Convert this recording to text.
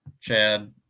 chad